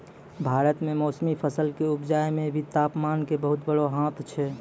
भारत मॅ मौसमी फसल कॅ उपजाय मॅ भी तामपान के बहुत बड़ो हाथ छै